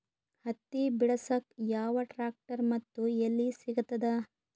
ಹತ್ತಿ ಬಿಡಸಕ್ ಯಾವ ಟ್ರ್ಯಾಕ್ಟರ್ ಮತ್ತು ಎಲ್ಲಿ ಸಿಗತದ?